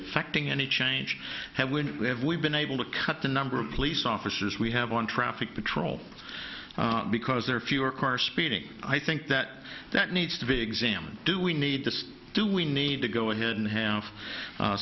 affecting any change have when we have we've been able to cut the number of police officers we have on traffic patrol because there are fewer car speeding i think that that needs to be examined do we need to do we need to go ahead and have